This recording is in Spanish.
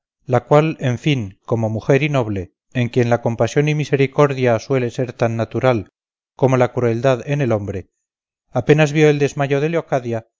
la cual en fin como mujer y noble en quien la compasión y misericordia suele ser tan natural como la crueldad en el hombre apenas vio el desmayo